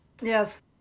Yes